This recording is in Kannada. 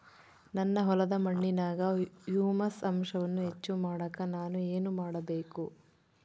ನನ್ನ ಹೊಲದ ಮಣ್ಣಿನಾಗ ಹ್ಯೂಮಸ್ ಅಂಶವನ್ನ ಹೆಚ್ಚು ಮಾಡಾಕ ನಾನು ಏನು ಮಾಡಬೇಕು?